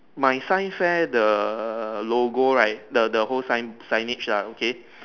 my sign said the logo right the the whole sign signage lah okay